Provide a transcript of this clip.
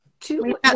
two